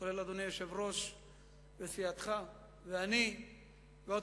כולל אדוני היושב-ראש וסיעתך ואני ועוד